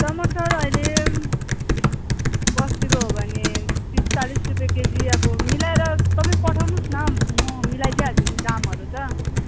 टमाटर अहिले बस्तीको हो भने तिस चालिस रुपियाँ केजी अब मिलाएर सबै पठाउनुहोस् न म मिलाइदिइहाल्छु नि दामहरू त